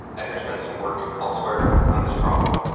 and there's been some work elsewhere on this problem,